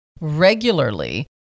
regularly